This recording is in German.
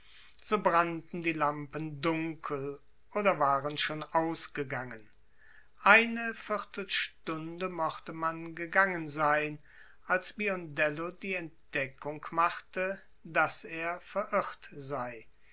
so brannten die lampen dunkel oder waren schon ausgegangen eine viertelstunde mochte man gegangen sein als biondello die entdeckung machte daß er verirrt sei